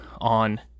on